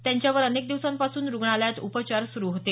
त्यांच्यावर अनेक दिवसांपासून रुग्णालयात उपचार सुरु होते